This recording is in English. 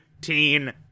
Teen